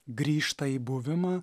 grįžta į buvimą